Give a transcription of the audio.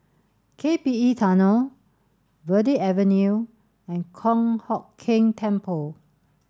K P E Tunnel Verde Avenue and Kong Hock Keng Temple